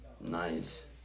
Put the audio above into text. nice